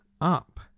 up